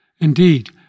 Indeed